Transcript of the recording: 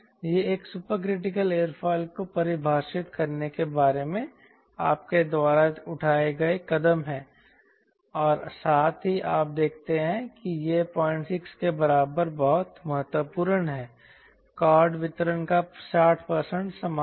ये एक supercritical airfoil को परिभाषित करने के बारे में आपके द्वारा उठाए गए कदम हैं और साथ ही आप देखते हैं कि यह 06 के बराबर बहुत महत्वपूर्ण है कॉर्ड वितरण का 60 समान है